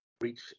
reach